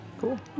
cool